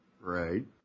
Right